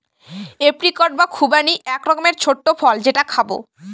apricot বা খুবানি এক রকমের ছোট্ট ফল যেটা খাবো